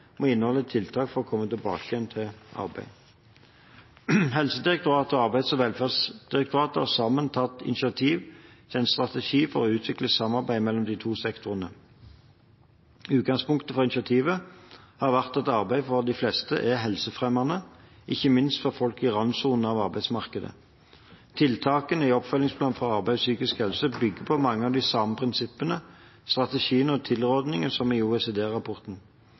inneholde tiltak for å komme tilbake til arbeid». Helsedirektoratet og Arbeids- og velferdsdirektoratet har sammen tatt initiativ til en strategi for å utvikle samarbeidet mellom de to sektorene. Utgangspunktet for initiativet har vært at arbeid for de fleste er helsefremmende, ikke minst for folk i randsonen av arbeidsmarkedet. Tiltakene i oppfølgingsplanen for arbeid og psykisk helse bygger på mange av de samme prinsippene, strategiene og tilrådingene som i